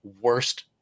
worst